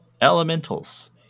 elementals